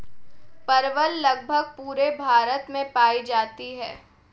परवल लगभग पूरे भारत में पाई जाती है